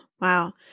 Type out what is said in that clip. Wow